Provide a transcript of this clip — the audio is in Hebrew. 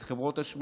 את חברות השמירה,